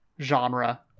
genre